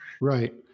Right